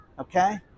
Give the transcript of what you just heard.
okay